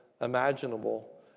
imaginable